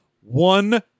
one